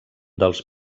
dels